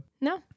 No